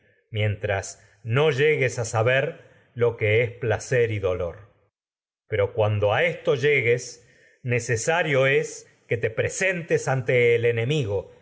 mientras pero tes llegues a saber lo que es es placer que y cuando esto llegues necesario del padre te presen ante el enemigo